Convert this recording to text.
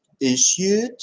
issued